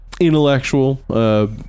intellectual